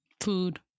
Food